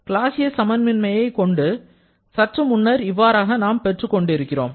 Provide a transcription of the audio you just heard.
Clausius சமமின்மையை கொண்டு சற்றுமுன்னர் இவ்வாறாக நாம் பெற்றுக் கொண்டிருக்கிறோம்